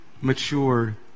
mature